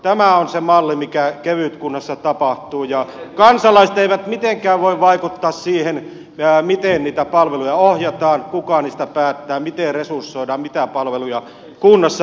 tämä on se malli mikä kevytkunnassa tapahtuu ja kansalaiset eivät mitenkään voi vaikuttaa siihen miten niitä palveluja ohjataan kuka niistä päättää miten resursoidaan mitä palveluja kunnassa tarjotaan